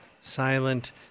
silent